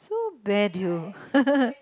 so bad you